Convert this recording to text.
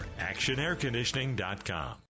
Actionairconditioning.com